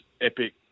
epic